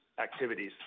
activities